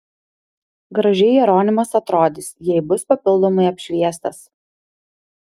gražiai jeronimas atrodys jei bus papildomai apšviestas